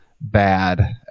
bad